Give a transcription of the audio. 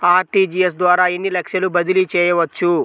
RTGS ద్వారా ఎన్ని లక్షలు బదిలీ చేయవచ్చు?